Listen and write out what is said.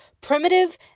primitive